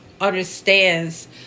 understands